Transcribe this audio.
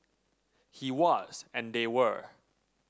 he was and they were